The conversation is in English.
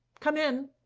come in!